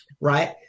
right